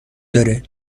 داره